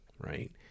right